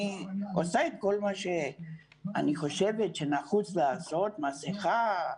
אני עושה את כל מה שאני חושבת שנחוץ לעשות: מסכה,